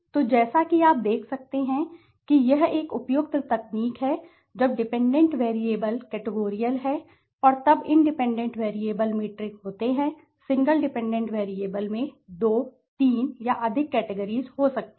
तो जैसा कि आप देख सकते हैं कि यह एक उपयुक्त तकनीक है जब डिपेंडेंट वैरिएबल कैटेगोरिअल है और तब इंडिपेंडेंट वेरिएबल मीट्रिक होते हैं सिंगल डिपेंडेंट वेरिएबलमें दो तीन या अधिक कैटेगरीज़ हो सकती है